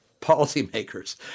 policymakers